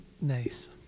Nice